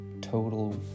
Total